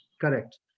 Correct